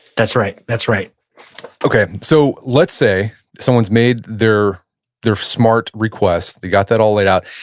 that's right, that's right okay, so let's say someone's made their their smart request, they got that all laid out.